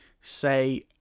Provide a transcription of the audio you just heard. say